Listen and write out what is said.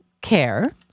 Care